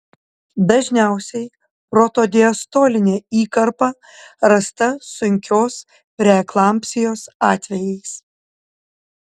dažniausiai protodiastolinė įkarpa rasta sunkios preeklampsijos atvejais